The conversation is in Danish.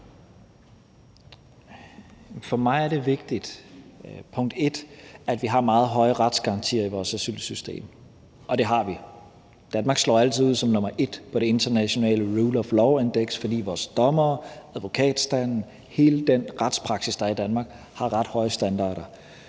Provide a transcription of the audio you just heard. For mig er det vigtigt, at vi har meget høje retsgarantier i vores asylsystem, og det har vi. Danmark slår altid ud som nr. 1 på det internationale Rule of Law Index, fordi vores dommere, advokatstanden og hele den retspraksis, der er i Danmark, har ret høje standarder.